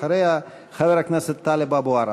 אחריה, חבר הכנסת טלב אבו עראר.